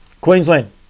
Queensland